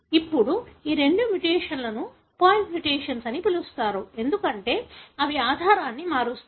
ఇప్పుడు ఈ రెండు మ్యుటేషన్స్ ను పాయింట్ మ్యుటేషన్స్ అని పిలుస్తారు ఎందుకంటే అవి ఆధారాన్ని మారుస్తాయి